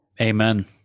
Amen